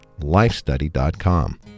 lifestudy.com